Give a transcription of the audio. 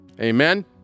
Amen